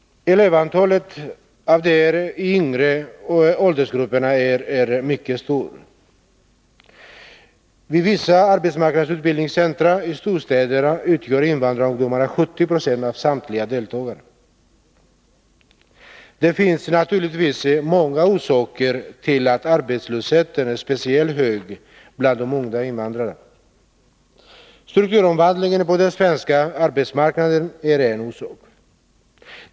Flertalet av dem är i de yngre åldersgrupperna. Vid vissa arbetsmarknadsutbildningscentra i storstadslänen utgör invandrarungdomarna 70 20 av samtliga deltagare. Det finns naturligtvis många orsaker till att arbetslösheten är speciellt hög bland de unga invandrarna. Strukturomvandlingen på den svenska arbetsmarknaden är en orsak.